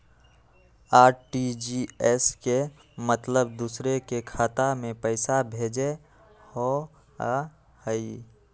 RTGS के मतलब दूसरे के खाता में पईसा भेजे होअ हई?